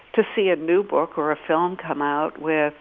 to see a new book or a film come out with